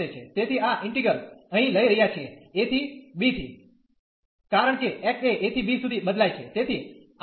તેથી આ ઈન્ટિગ્રલ અહીં લઈ રહ્યા છીએ a ¿ b થી કારણ કે x એ a ¿ b સુધી બદલાય છે